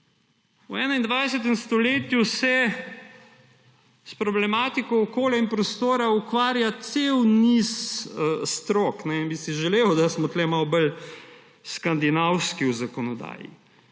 V 21. stoletju se s problematiko okolja in prostora ukvarja cel niz strok in bi si želel, da smo tu malce bolj skandinavski v zakonodaji.